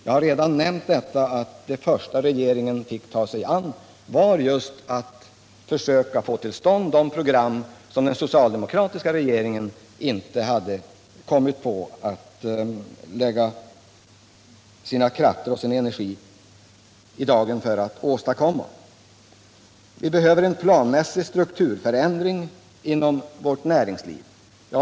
Jag har redan nämnt att den första uppgift regeringen fick ta sig an var just — Särskilda åtgärder att försöka få till stånd de program som den socialdemokratiska regeringen = för att främja inte hade lagt ned några krafter eller någon energi på att åstadkomma. = sysselsättningen Vi behöver en mera planmässig strukturförändring inom vårt näringsliv.